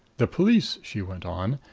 the police, she went on,